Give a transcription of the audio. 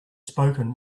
spoken